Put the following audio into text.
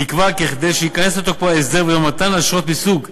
נקבע כי כדי שייכנס לתוקפו ההסדר בדבר מתן אשרות מסוג E-2,